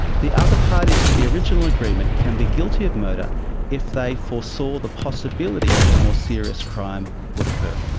the other parties to the original agreement can be guilty of murder if they foresaw the possibility that the more serious crime would occur.